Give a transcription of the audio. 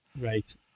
right